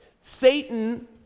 Satan